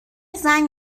زنگ